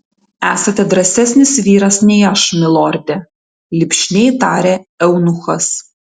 esate drąsesnis vyras nei aš milorde lipšniai tarė eunuchas